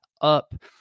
up